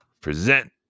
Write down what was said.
Present